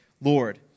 Lord